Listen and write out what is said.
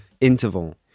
interval